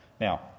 Now